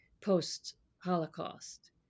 post-Holocaust